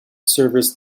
service